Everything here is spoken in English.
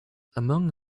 among